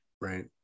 Right